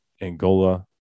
angola